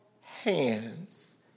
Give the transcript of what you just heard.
hands